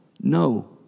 No